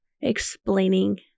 explaining